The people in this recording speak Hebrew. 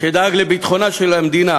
שדאג לביטחונה של המדינה